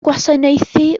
gwasanaethu